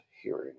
hearing